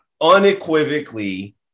unequivocally